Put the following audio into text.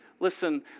Listen